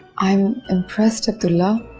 i'm impressed abdullah.